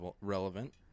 relevant